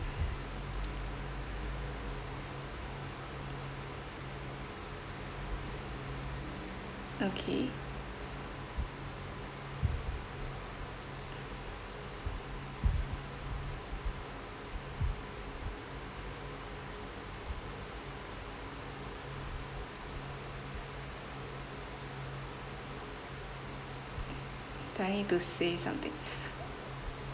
okay trying to say something